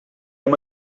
amb